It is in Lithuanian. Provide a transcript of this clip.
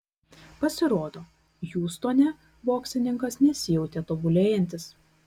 pasirodo hjustone boksininkas nesijautė tobulėjantis